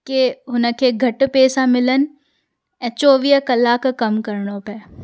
कंहिं हुनखे घटि पैसा मिलनि ऐं चोवीह कलाक कमु करिणो पिए